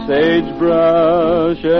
Sagebrush